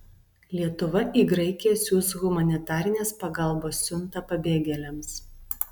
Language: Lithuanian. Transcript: lietuva į graikiją siųs humanitarinės pagalbos siuntą pabėgėliams